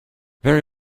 very